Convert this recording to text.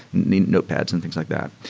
notepads and things like that.